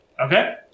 Okay